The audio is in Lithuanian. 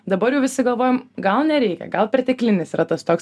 dabar jau visi galvojam gal nereikia gal perteklinis yra tas toks